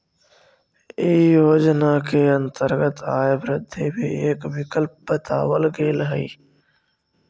इ योजना के अंतर्गत आय वृद्धि भी एक विकल्प बतावल गेल हई